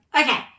Okay